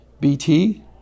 BT